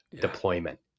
deployment